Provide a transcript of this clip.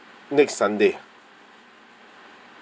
next sunday